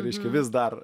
reiškia vis dar